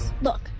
Look